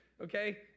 okay